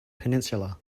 peninsula